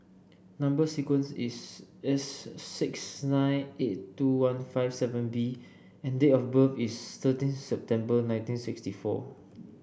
number sequence is S six nine eight two one five seven B and date of birth is thirteen September nineteen sixty four